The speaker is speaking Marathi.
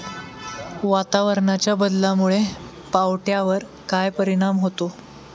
वातावरणाच्या बदलामुळे पावट्यावर काय परिणाम होतो?